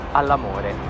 all'amore